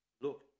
Look